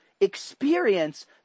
experience